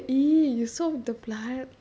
were were you !ee! you saw the blood